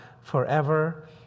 forever